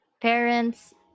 parents